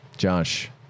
Josh